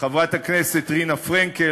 חברת הכנסת רינה פרנקל,